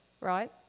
Right